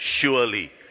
Surely